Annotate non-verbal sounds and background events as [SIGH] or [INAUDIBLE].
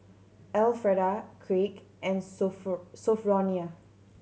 Elfreda Kraig and [UNINTELLIGIBLE] Sophronia